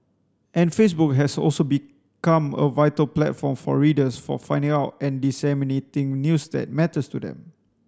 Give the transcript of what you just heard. and Facebook has also become a vital platform for readers for finding out and disseminating news that matters to them